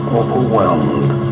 overwhelmed